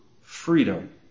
freedom